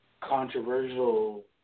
Controversial